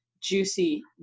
juicy